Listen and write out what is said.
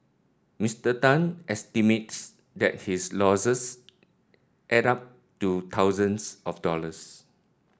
Mister Tan estimates that his losses add up to thousands of dollars